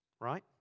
Right